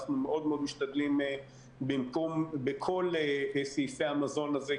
אנחנו מאוד מאוד משתדלים בסעיפי המזון הזה,